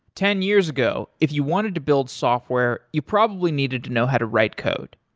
ten years ago, if you wanted to build software, you probably needed to know how to write code.